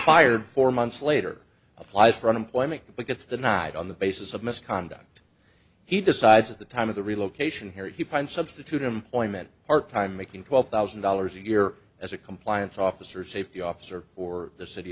fired four months later applies for unemployment but gets the nod on the basis of misconduct he decides at the time of the relocation here he finds substitute employment part time making twelve thousand dollars a year as a compliance officer safety officer for the city